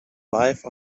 life